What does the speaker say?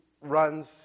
runs